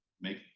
make